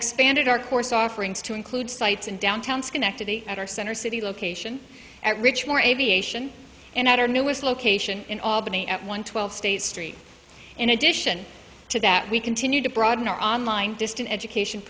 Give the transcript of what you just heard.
expanded our course offerings to include sites in downtown schenectady at our center city location at rich moore aviation and at our newest location in albany at one twelve state street in addition to that we continue to broaden our online distance education